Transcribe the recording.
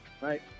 right